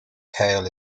tail